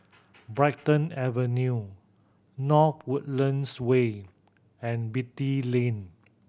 Brighton Avenue North Woodlands Way and Beatty Lane